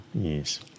Yes